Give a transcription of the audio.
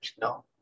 No